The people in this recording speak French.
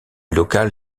local